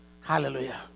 Hallelujah